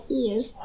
ears